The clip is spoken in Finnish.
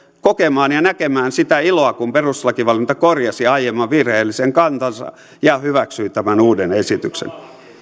kokemaan ja näkemään sitä iloa kun perustuslakivaliokunta korjasi aiemman virheellisen kantansa ja hyväksyi tämän uuden esityksen